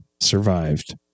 survived